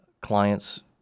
clients